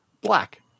black